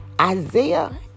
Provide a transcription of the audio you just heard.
Isaiah